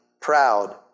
proud